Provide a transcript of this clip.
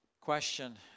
question